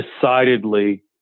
decidedly